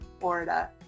Florida